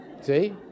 See